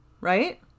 right